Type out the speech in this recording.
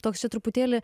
toks čia truputėlį